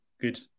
good